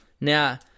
now